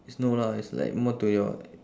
it's no lah it's like more to your